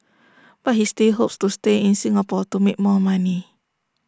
but he still hopes to stay in Singapore to make more money